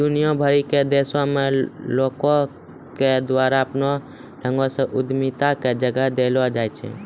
दुनिया भरि के देशो मे लोको के द्वारा अपनो ढंगो से उद्यमिता के जगह देलो जाय छै